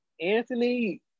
Anthony